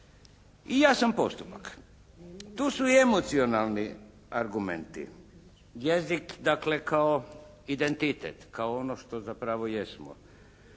i jasan postupak. Tu su i emocionalni argumenti. Jezik dakle kao identitet, kao ono što zapravo jesmo.